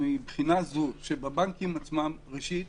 מהבחינה הזאת שבבנקים עצמם, ראשית,